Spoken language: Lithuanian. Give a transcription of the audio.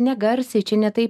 negarsiai čia ne tai